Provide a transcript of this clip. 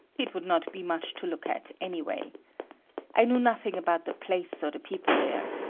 it would not be much to look at anyway. i knew nothing about the place or the people there.